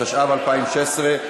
התשע"ו 2016,